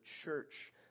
church